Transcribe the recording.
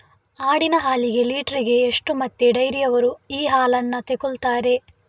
ಆಡಿನ ಹಾಲಿಗೆ ಲೀಟ್ರಿಗೆ ಎಷ್ಟು ಮತ್ತೆ ಡೈರಿಯವ್ರರು ಈ ಹಾಲನ್ನ ತೆಕೊಳ್ತಾರೆ?